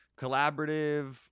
collaborative